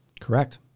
Correct